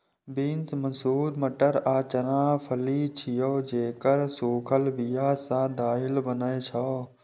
beans, मसूर, मटर आ चना फली छियै, जेकर सूखल बिया सं दालि बनै छै